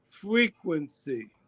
frequency